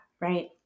right